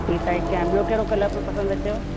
हीअ साइड कयां ॿियो कहिड़ो कलर पियो पसंदि अचेव